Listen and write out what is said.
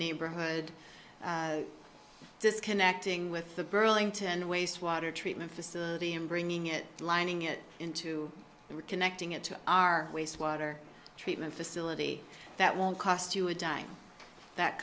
neighborhood this connecting with the burlington wastewater treatment facility i'm bringing it lining it into connecting it to our wastewater treatment facility that won't cost you a dime that